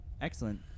Excellent